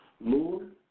Lord